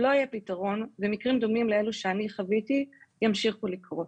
לא יהיה פתרון ומקרים דומים לאלו שאני חוויתי ימשיכו לקרות.